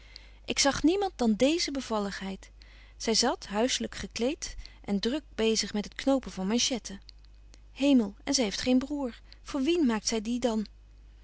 ik zag niemand dan deeze bevalligheid zy zat huisselyk gekleed en drok bezig met het knopen van manchetten hemel en zy heeft geen broêr voor wien maakt zy die dan